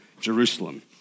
Jerusalem